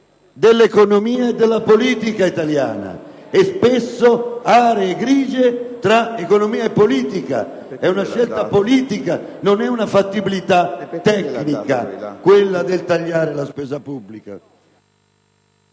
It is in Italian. dell'economia e della politica italiana e, spesso, aree grigie tra economia e politica. È una scelta politica, non una fattibilità tecnica quella del tagliare la spesa pubblica.